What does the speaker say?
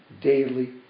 daily